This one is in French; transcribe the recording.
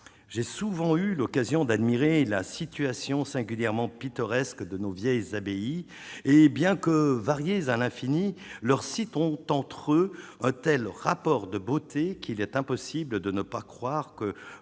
j'ai souvent eu l'occasion d'admirer la situation singulièrement pittoresque de nos vieilles des abbayes, et bien que varier à l'infini leur citons entre autres : rapport de beauté qu'il est impossible de ne pas croire que